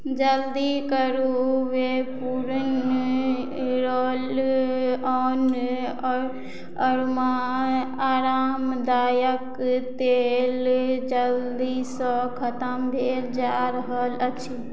जल्दी करु वेपूरिन रोल ऑन अरोमा आरामदायक तेल जल्दीसँ खत्म भेल जा रहल अछि